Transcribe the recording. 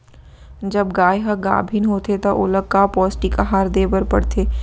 जब गाय ह गाभिन होथे त ओला का पौष्टिक आहार दे बर पढ़थे?